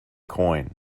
coin